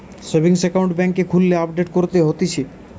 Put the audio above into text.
savings account বেংকে খুললে update করতে হতিছে